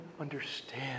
understand